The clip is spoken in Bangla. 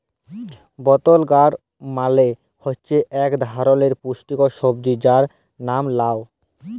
বতল গাড় মালে হছে ইক ধারালের পুস্টিকর সবজি যার লাম লাউ